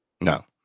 No